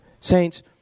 Saints